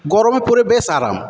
গরমে পড়ে বেশ আরাম